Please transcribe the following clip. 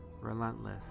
Relentless